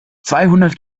zweihundert